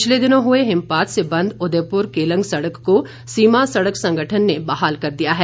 पिछले दिनों हुए हिमपात से बंद उदयपुर केलंग सड़क को सीमा सड़क संगठन ने बहाल कर दिया है